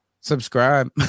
subscribe